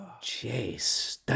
Chase